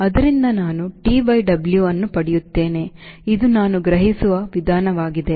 ಆದ್ದರಿಂದ ನಾನು TW ಅನ್ನು ಪಡೆಯುತ್ತೇನೆ ಇದು ನಾನು ಗ್ರಹಿಸುವ ವಿಧಾನವಾಗಿದೆ